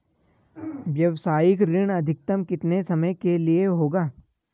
व्यावसायिक ऋण अधिकतम कितने समय के लिए होगा?